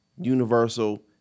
Universal